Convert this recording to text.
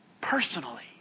personally